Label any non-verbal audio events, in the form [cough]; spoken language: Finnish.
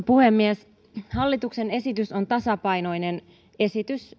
[unintelligible] puhemies hallituksen esitys on tasapainoinen esitys